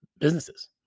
businesses